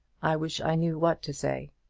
i wish i knew what to say.